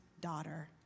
daughter